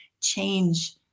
change